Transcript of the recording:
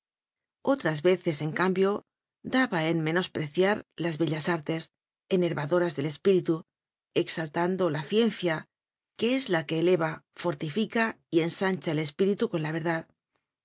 otras veces en cambio daba en menospreciar las bellas artes enervadoras del espíritu exal tando la ciencia que es la que eleva fortifica y ensancha el espíritu con la verdad